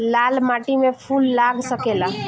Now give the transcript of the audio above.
लाल माटी में फूल लाग सकेला?